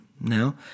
now